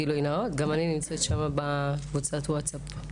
גילוי נאות, גם אני נמצאת שם בקבוצת ווטסאפ.